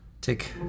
take